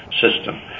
system